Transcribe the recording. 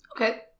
Okay